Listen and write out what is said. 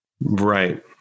Right